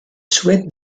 souhaite